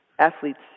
athletes